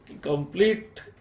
complete